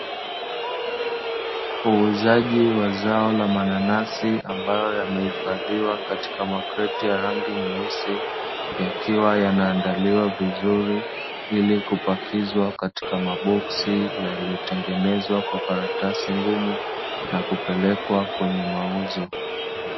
Uuzaji wa zao la mananasi ambayo yamehifadhiwa katika makreti ya rangi nyeusi, yakiwa yanaandaliwa vizuri ili kupakizwa katika maboksi yaliyotengenezwa kwa karatasi ngumu na kupelekwa kwenye mauzo.